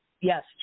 Yes